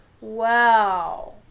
wow